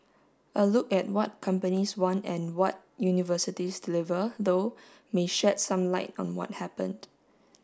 a look at what companies want and what universities deliver though may shed some light on what happened